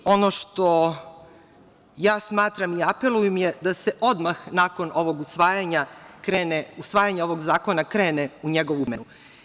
Ono što ja smatram i apelujem je da se odmah nakon ovog usvajanja krene, usvajanja ovog zakona krene u njegovu primenu.